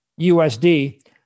USD